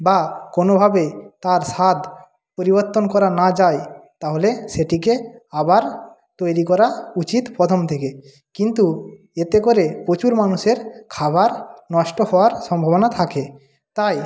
বা কোনোভাবে তার স্বাদ পরিবর্তন করা না যায় তাহলে সেটিকে আবার তৈরি করা উচিত প্রথম থেকে কিন্তু এতে করে প্রচুর মানুষের খাবার নষ্ট হওয়ার সম্ভাবনা থাকে তাই